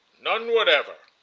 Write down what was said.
none whatever.